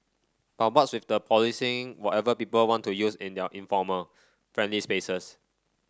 but what's with the policing whatever people want to use in their informal friendly spaces